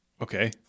Okay